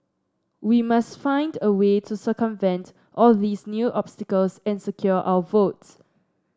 we must find a way to circumvent all these new obstacles and secure our votes